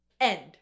end